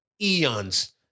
Eons